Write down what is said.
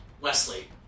Wesley